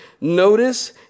Notice